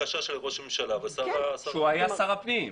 בקשה של ראש הממשלה ושר ה --- כשהוא היה שר הפנים ב-95'.